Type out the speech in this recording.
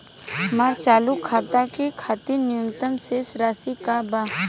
हमार चालू खाता के खातिर न्यूनतम शेष राशि का बा?